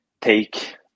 take